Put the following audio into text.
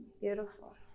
Beautiful